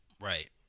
Right